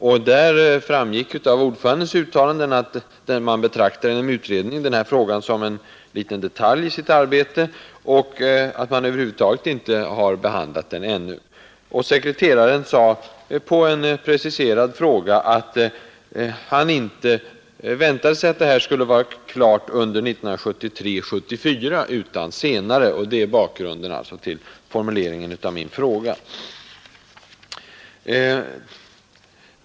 Det framgick av ordförandens uttalande att man inom utredningen betraktar den här frågan som en liten detalj i sitt arbete, och att man över huvud taget inte har behandlat den ännu. Och sekreteraren sade att han inte väntar sig att det här skulle vara klart under 1973—1974 utan senare. Det är bakgrunden till formuleringen av min fråga.